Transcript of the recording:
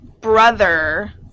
brother